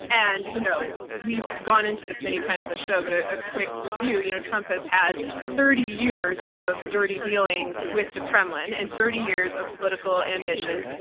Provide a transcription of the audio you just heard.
and, you know, we've gone into this many times on the show but a ah quick review you know trump has had years of dirty dealings with the kremlin and thirty years of political ambitions,